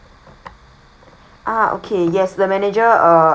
ah okay yes the manager